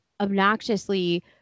obnoxiously